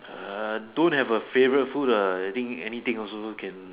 !huh! don't have a favourite food lah I think anything also can